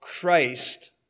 Christ